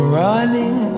running